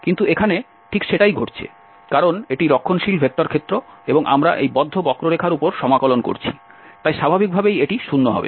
সুতরাং এখানে ঠিক সেটাই ঘটছে কারণ এটি রক্ষণশীল ভেক্টর ক্ষেত্র এবং আমরা এই বদ্ধ বক্ররেখার উপর সমাকলন করছি তাই স্বাভাবিকভাবেই এটি 0 হবে